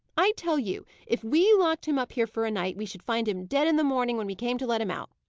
i tell you, if we locked him up here for a night, we should find him dead in the morning, when we came to let him out.